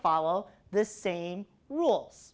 follow the same rules